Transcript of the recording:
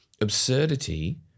absurdity